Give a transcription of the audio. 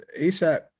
ASAP